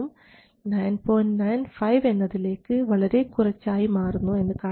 95 എന്നതിലേക്ക് വളരെ കുറച്ച് ആയി മാറുന്നു എന്ന് കാണാം